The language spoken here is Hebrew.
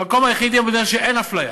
המקום היחידי במדינה שאין בו אפליה